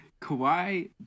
Kawhi